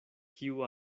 kiu